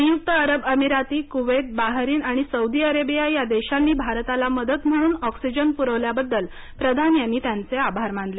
संयुक्त अरब अमिरातीकुवेतबाहरीन आणि सौदी अरेबिया या देशांनी भारताला मदत म्हणून ऑक्सिजन पुरवल्याबद्दल प्रधान यांनी आभार मानले